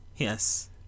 Yes